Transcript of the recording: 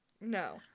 No